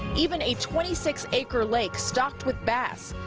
even a twenty six acre lake stocked with bass.